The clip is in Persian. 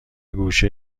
گوشه